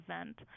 event